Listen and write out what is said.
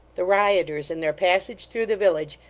the rioters, in their passage through the village,